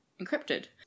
encrypted